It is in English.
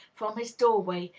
from his doorway,